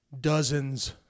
dozens